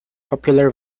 popular